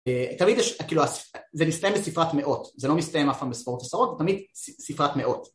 תמיד יש, זה מסתיים בספרת מאות, זה לא מסתיים אף פעם בספרות עשרות, זה תמיד ספרת מאות.